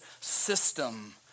system